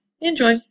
Enjoy